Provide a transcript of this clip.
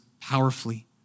powerfully